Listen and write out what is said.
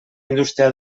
indústria